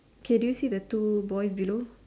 okay do you see the two boys below